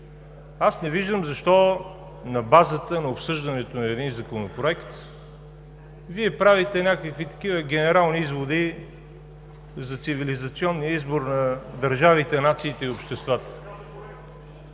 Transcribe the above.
Не виждам защо на базата на обсъждането на законопроект Вие правите генерални изводи за цивилизационния избор на държавите, нациите и обществата?